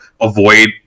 avoid